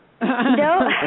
No